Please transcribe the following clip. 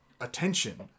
attention